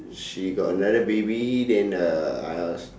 she got another baby then uh I was